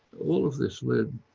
all of this lead,